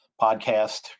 podcast